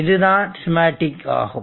இது தான் ஸ்கீமாட்டிக் ஆகும்